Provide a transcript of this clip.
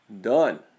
Done